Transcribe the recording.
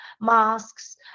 masks